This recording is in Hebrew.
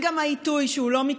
כשאין חסינות?